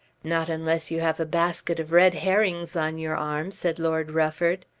not unless you have a basket of red herrings on your arm, said lord rufford.